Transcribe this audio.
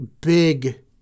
big